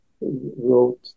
wrote